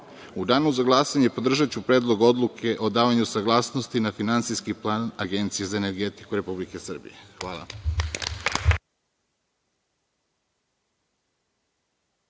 danu za glasanje podržaću predlog odluke o davanju saglasnosti na finansijski plan Agencije za energetiku Republike Srbije. Hvala.